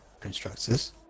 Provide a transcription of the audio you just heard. constructors